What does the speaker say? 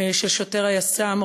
של שוטר היס"מ,